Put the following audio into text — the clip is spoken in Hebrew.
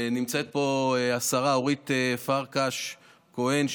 נמצאת פה השרה אורית פרקש כהן,